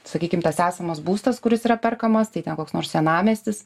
sakykim tas esamas būstas kuris yra perkamas tai ten koks nors senamiestis